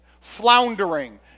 floundering